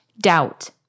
Doubt